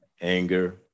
Anger